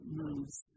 moves